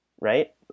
Right